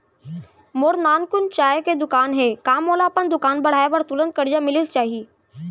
मोर नानकुन चाय के दुकान हे का मोला अपन दुकान बढ़ाये बर तुरंत करजा मिलिस जाही?